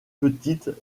petites